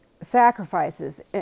sacrifices